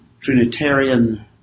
Trinitarian